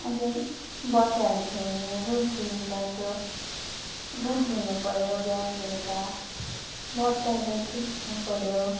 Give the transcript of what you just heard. अझै बच्चाहरू थियो भने दुध दिन्छ त्यो दुध दुहुनु पऱ्यो बिहान बेलुका बच्चाहरूलाई दुध दिनुपऱ्यो